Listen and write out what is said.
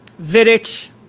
Vidic